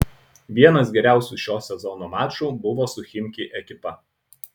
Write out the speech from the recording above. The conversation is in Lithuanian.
vienas geriausių šio sezono mačų buvo su chimki ekipa